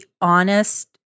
honest